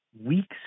weeks